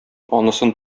анысын